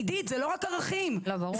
עידית זה לא רק ערכים! לא, ברור.